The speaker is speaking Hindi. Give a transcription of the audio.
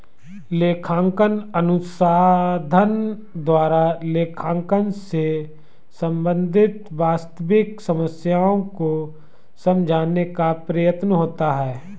लेखांकन अनुसंधान द्वारा लेखांकन से संबंधित वास्तविक समस्याओं को समझाने का प्रयत्न होता है